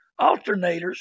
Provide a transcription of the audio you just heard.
alternators